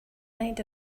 mind